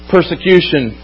Persecution